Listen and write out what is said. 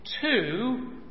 two